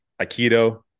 Aikido